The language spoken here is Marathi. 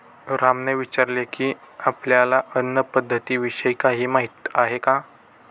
रामने विचारले की, आपल्याला अन्न पद्धतीविषयी काही माहित आहे का?